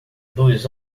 dois